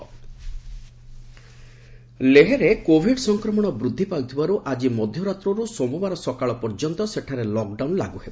Leh lockdown ଲେହରେ COVID ସଂକ୍ରମଣ ବୃଦ୍ଧି ପାଇବାରୁ ଆଜି ମଧ୍ୟରାତ୍ରରୁ ସୋମବାର ସକାଳ ପର୍ଯ୍ୟନ୍ତ ସେଠାରେ ଲକ୍ଡାଉନ୍ ଲାଗୁ ହେବ